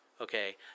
Okay